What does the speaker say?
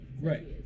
Right